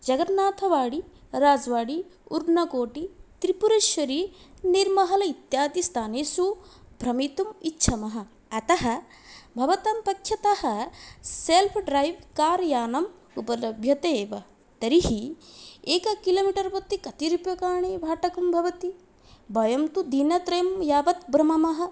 जगन्नाथवाडि राज्वाडि उर्नकोटि त्रिपुरेश्वरी नीर्महल् इत्यादिस्थानेषु भ्रमितुम् इच्छामः अतः भवतां पक्षतः सेल्फ़् ड्रैव् सेल्फ़् ड्रैव् कार्यानम् उपलभ्यते वा तर्हि एकं किलोमीटर् प्रति कति रूप्यकाणि भाटकं भवति वयं तु दिनत्रयं यावत् भ्रमामः